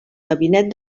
gabinet